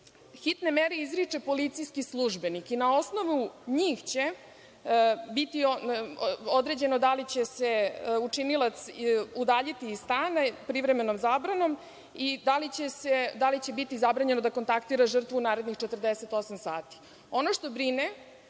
hitne mere izriče policijski službenik i na osnovu njih će biti određeno da li će se učinilac udaljiti iz stana privremenom zabranom i da li će biti zabranjeno da kontaktira žrtvu u narednih 48 sati. Ono